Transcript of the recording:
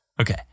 Okay